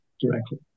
directly